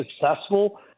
successful